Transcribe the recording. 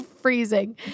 freezing